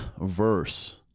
verse